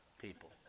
people